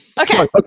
Okay